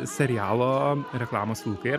serialo reklamos vilkai